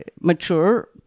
mature